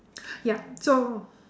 yup so